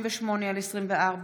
פ/1288/24,